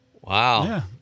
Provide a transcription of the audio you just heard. Wow